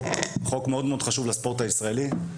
שמאוד חשוב לספורט הישראלי,